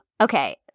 Okay